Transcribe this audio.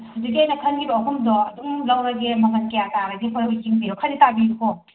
ꯍꯧꯖꯤꯛꯀꯤ ꯑꯩꯅ ꯈꯜꯒꯤꯕ ꯑꯍꯨꯝꯗꯨ ꯑꯗꯨꯝ ꯂꯧꯔꯒꯦ ꯃꯃꯟ ꯀꯌꯥ ꯇꯥꯔꯒꯦ ꯈꯔ ꯌꯦꯡꯕꯤꯔꯣ ꯈꯔꯗꯤ ꯇꯥꯕꯤꯌꯨꯀꯣ